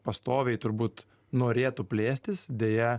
pastoviai turbūt norėtų plėstis deja